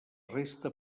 resta